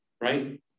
right